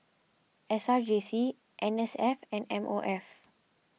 S R J C N S F and M O F